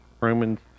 Romans